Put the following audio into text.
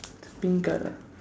pink colour